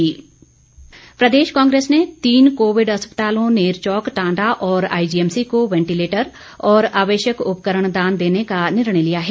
कांग्रेस प्रदेश कांग्रेस ने तीन कोविड अस्पतालों नेरचौक टांडा और आईजीएमसी को वैंटिलेटर और आवश्यक उपकरण दान देने का निर्णय लिया है